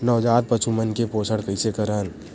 नवजात पशु मन के पोषण कइसे करन?